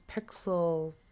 pixel